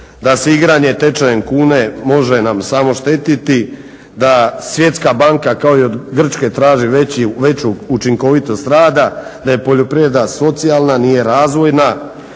da se igranje tečajem kune može nam samo štetiti, da Svjetska banka kao i od Grčke traži veću učinkovitost rada, da je poljoprivreda socijalna nije razvojna,